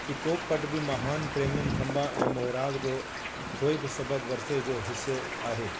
इकोप पट बि महान प्रेमियुनि खंबा ऐं मोहिराग जो थोए बि सबबु वरसे जो हिसो आहे